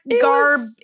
garb